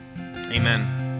Amen